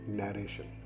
narration